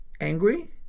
angry